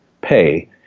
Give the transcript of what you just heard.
pay